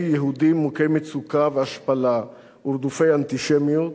יהודים מוכי מצוקה והשפלה ורדופי אנטישמיות,